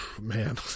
man